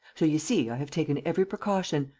so you see, i have taken every precaution.